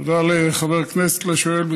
תודה לחבר הכנסת השואל.